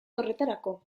horretarako